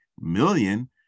million